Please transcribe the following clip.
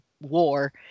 war